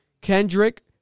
kendrick